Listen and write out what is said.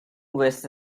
wrists